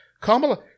Kamala